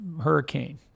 hurricane